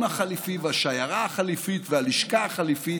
החליפי והשיירה החליפית והלשכה החליפית,